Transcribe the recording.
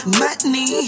money